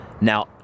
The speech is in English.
Now